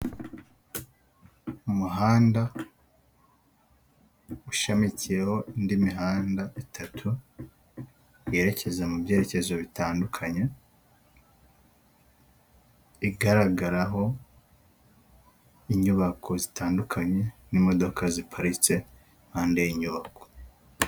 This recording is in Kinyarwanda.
Umuhanda ushamikiyeho indi mihanda itatu yerekeza mu byerekezo bitandukanye, igaragaraho inyubako zitandukanye n'imodoka ziparitse impande y'inyubako.